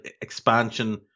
expansion